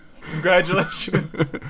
Congratulations